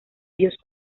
ellos